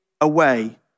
away